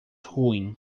ruim